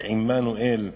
כי עמנו אל.